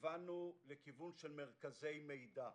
כיוונו לכיוון מרכזי מידע.